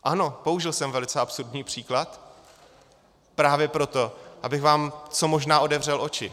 Ano, použil jsem velice absurdní příklad právě proto, abych vám co možná otevřel oči.